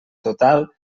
total